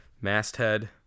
masthead